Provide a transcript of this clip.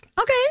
Okay